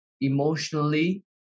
emotionally